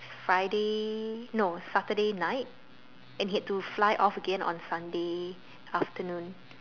Friday no Saturday night and he had to fly back again on Sunday afternoon